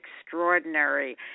extraordinary